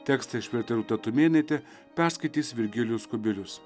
tekstą išvertė rūta tumėnaitė perskaitys virgilijus kubilius